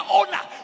owner